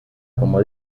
como